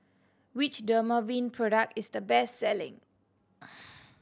which Dermaveen product is the best selling